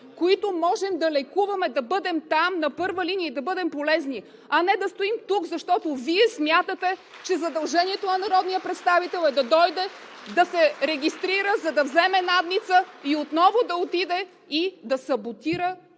които можем да лекуваме, да бъдем там на първа линия и да бъдем полезни, а не да стоим тук, защото Вие смятате, че (ръкопляскания от ГЕРБ) задължението на народния представител е да дойде, да се регистрира, за да вземе надница и отново да отиде и да саботира